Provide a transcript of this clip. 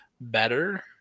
better